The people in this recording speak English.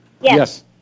Yes